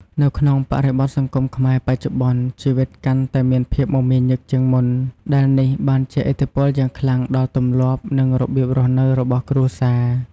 នៅក្នុងបរិបទសង្គមខ្មែរបច្ចុប្បន្ន ជីវិតកាន់តែមានភាពមមាញឹក ជាងមុន ដែលនេះបានជះឥទ្ធិពលយ៉ាងខ្លាំងដល់ទម្លាប់ និងរបៀបរស់នៅរបស់គ្រួសារ។